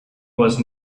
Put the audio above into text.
was